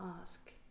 ask